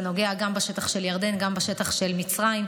זה נוגע גם בשטח של ירדן, גם בשטח של מצרים.